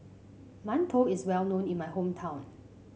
mantou is well known in my hometown